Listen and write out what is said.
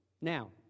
Now